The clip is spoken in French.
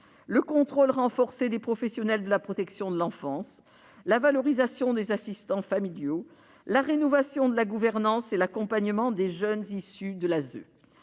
le contrôle renforcé des professionnels de la protection de l'enfance, la valorisation des assistants familiaux, la rénovation de la gouvernance et l'accompagnement des jeunes issus de l'ASE.